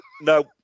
No